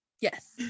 Yes